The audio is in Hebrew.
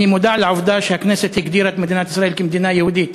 אני מודע לעובדה שהכנסת הגדירה את מדינת ישראל כמדינה יהודית,